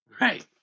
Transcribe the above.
Right